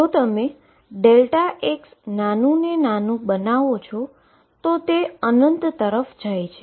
જો તમે x નાનુ ને નાનુ છો તે ઈન્ફાઈનીટી તરફ જાય છે